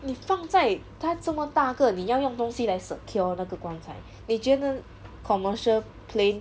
你放在它这么大个你要用东西来 secure 那个棺材你觉得 commercial plane